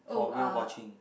for whale watching